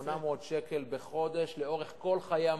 800 שקל בחודש לאורך כל חיי המשכנתה.